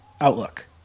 outlook